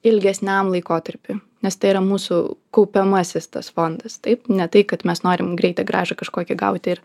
ilgesniam laikotarpiui nes tai yra mūsų kaupiamasis tas fondas taip ne tai kad mes norim greitą grąžą kažkokią gauti ir